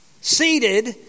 Seated